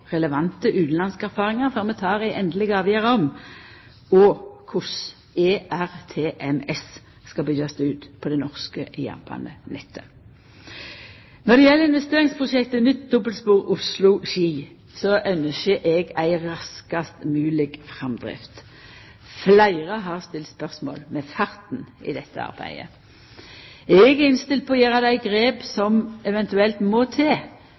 relevante utanlandske erfaringar før vi tek ei endeleg avgjerd om – og korleis – ERTMS skal byggjast ut på det norske jernbanenettet. Når det gjeld investeringsprosjektet nytt dobbeltspor Oslo–Ski, ynskjer eg ei raskast mogleg framdrift. Fleire har stilt spørsmål ved farten i dette arbeidet. Eg er innstilt på å gjera dei grepa som eventuelt må til